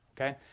okay